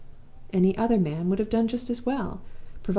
any other man would have done just as well,